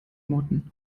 motten